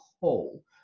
whole